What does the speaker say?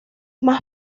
más